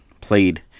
Played